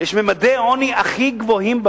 יש ממדי העוני הכי גבוהים.